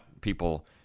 people—